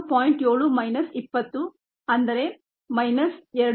7 minus 20 ಅಂದರೆ minus 2